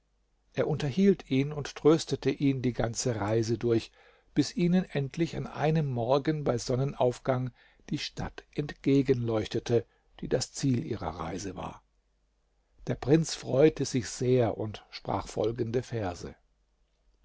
er unterhielt ihn und tröstete ihn die ganze reise durch bis ihnen endlich an einem morgen bei sonnenaufgang die stadt entgegenleuchtete die das ziel ihrer reise war der prinz freute sich sehr und sprach folgende verse